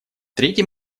третий